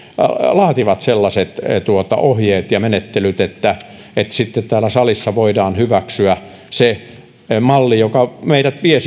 laatii sellaiset ohjeet ja menettelyt että sitten täällä salissa voidaan hyväksyä se malli joka meidät vie